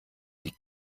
die